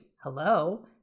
hello